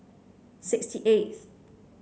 sixty eighth